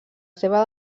seva